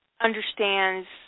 understands